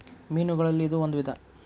ಮೇನುಗಳಲ್ಲಿ ಇದು ಒಂದ ವಿಧಾ